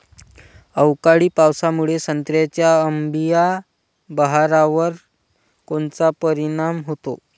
अवकाळी पावसामुळे संत्र्याच्या अंबीया बहारावर कोनचा परिणाम होतो?